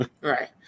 Right